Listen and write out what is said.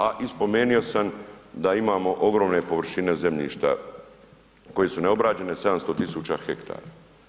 A i spomenuo sam da imamo ogromne površine zemljišta koje su neobrađene, 700 tisuća hektara.